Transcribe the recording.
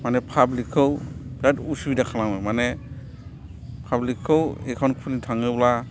माने फाब्लिगखौ बिराद उसुबिदा खालामो माने फाब्लिगखौ एकाउन्ट खुलिनो थाङोब्ला